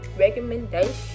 recommendation